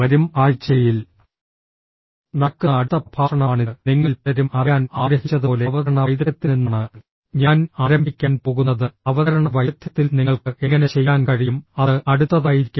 വരും ആഴ്ചയിൽ നടക്കുന്ന അടുത്ത പ്രഭാഷണമാണിത് നിങ്ങളിൽ പലരും അറിയാൻ ആഗ്രഹിച്ചതുപോലെ അവതരണ വൈദഗ്ധ്യത്തിൽ നിന്നാണ് ഞാൻ ആരംഭിക്കാൻ പോകുന്നത് അവതരണ വൈദഗ്ധ്യത്തിൽ നിങ്ങൾക്ക് എങ്ങനെ ചെയ്യാൻ കഴിയും അത് അടുത്തതായിരിക്കും